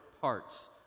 parts